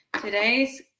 today's